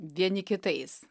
vieni kitais